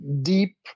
deep